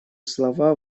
слова